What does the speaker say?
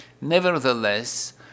Nevertheless